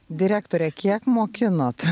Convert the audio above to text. direktore kiek mokinot